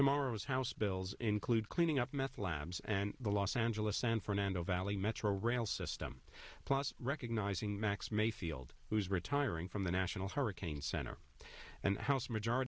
tomorrow's house bills include cleaning up meth labs and the los angeles san fernando valley metro rail system plus recognizing max mayfield who's retiring from the national hurricane center and house majority